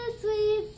sweet